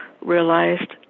realized